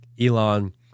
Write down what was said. Elon